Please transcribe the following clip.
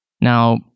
Now